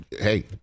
hey